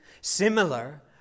similar